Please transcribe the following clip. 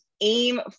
aim